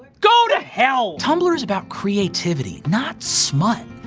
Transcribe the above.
go to hell! tumblr's about creativity, not smutt.